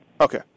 Okay